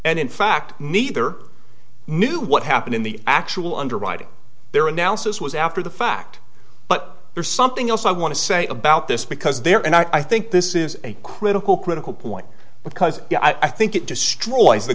and in fact neither knew what happened in the actual underwriting their analysis was after the fact but there's something else i want to say about this because there and i think this is a critical critical point because i think it destroys the